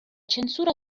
censura